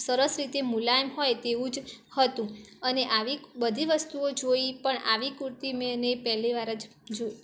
સરસ રીતે મુલાયમ હોય તેવું જ હતું અને આવી બધી વસ્તુઓ જોઈ પણ આવી કુર્તી મેં ને પહેલીવાર જ જોઈ